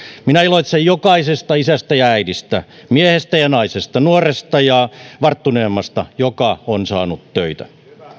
minä iloitsen jokaisesta isästä ja äidistä miehestä ja naisesta nuoresta ja varttuneemmasta joka on saanut töitä